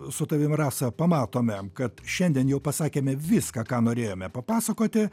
su tavim rasa pamatome kad šiandien jau pasakėme viską ką norėjome papasakoti